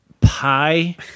pie